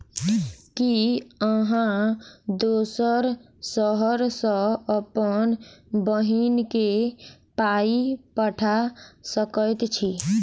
की अहाँ दोसर शहर सँ अप्पन बहिन केँ पाई पठा सकैत छी?